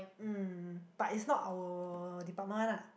um but it's not our department one lah